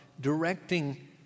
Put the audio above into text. directing